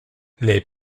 les